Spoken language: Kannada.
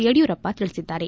ಯಡಿಯೂರಪ್ಪ ತಿಳಿಸಿದ್ದಾರೆ